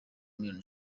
miliyoni